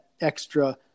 extra